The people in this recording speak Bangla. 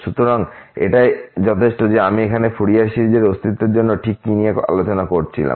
সুতরাং এটাই যথেষ্ট আমি এখানে ফুরিয়ার সিরিজের অস্তিত্বের জন্য ঠিক কী নিয়ে আলোচনা করছিলাম